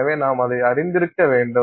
எனவே நாம் அதை அறிந்திருக்க வேண்டும்